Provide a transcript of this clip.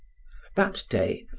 that day,